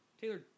Taylor